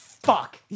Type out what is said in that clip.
Fuck